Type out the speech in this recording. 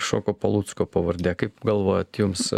šoko palucko pavarde kaip galvojat jums